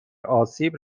آسیب